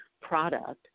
product